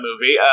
movie